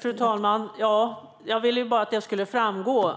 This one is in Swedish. Fru talman! Jag ville bara att det skulle framgå